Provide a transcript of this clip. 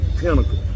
pinnacle